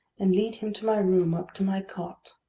and lead him to my room, up to my cot